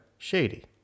Shady